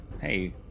Hey